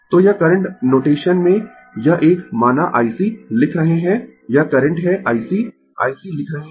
तो यह current notation में यह एक माना IC लिख रहे है यह करंट है IC IC लिख रहे है